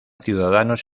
ciudadanos